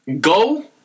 go